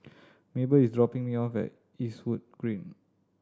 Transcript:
Maebell is dropping me off at Eastwood Green